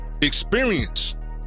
experience